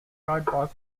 destroyed